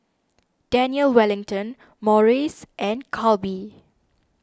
Daniel Wellington Morries and Calbee